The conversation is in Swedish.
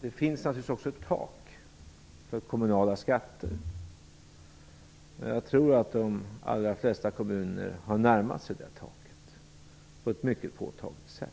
naturligtvis finns ett tak för kommunala skatter. Jag tror att de allra flesta kommuner har närmat sig detta tak på ett mycket påtagligt sätt.